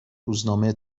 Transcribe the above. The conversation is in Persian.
روزنامه